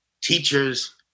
teachers